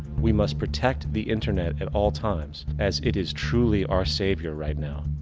we must protect the internet at all times, as it is truly our savior right now.